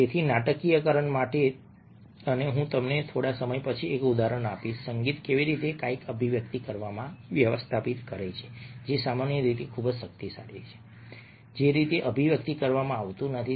તેથી નાટકીયકરણ માટે અને હું તમને થોડા સમય પછી એક ઉદાહરણ આપીશ સંગીત કેવી રીતે કંઈક અભિવ્યક્ત કરવામાં વ્યવસ્થાપિત કરે છે જે સામાન્ય રીતે ખૂબ શક્તિશાળી રીતે અભિવ્યક્ત કરવામાં આવતું નથી